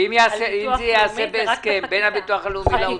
ואם זה ייעשה בהסכם בין ביטוח לאומי לאוצר?